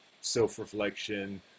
self-reflection